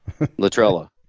latrella